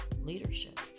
leadership